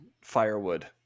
firewood